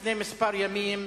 לפני כמה ימים,